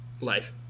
life